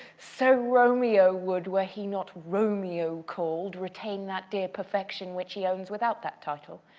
so romeo would, were he not romeo call'd, retain that dear perfection which he owns without that title.